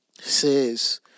says